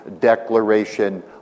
Declaration